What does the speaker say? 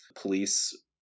police